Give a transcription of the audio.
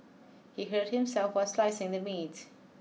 he hurt himself while slicing the meat